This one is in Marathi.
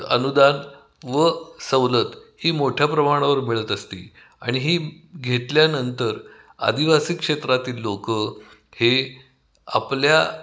अनुदान व सवलत ही मोठ्या प्रमाणावर मिळत असते आणि ही घेतल्यानंतर आदिवासी क्षेत्रातील लोक हे आपल्या